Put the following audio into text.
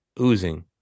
oozing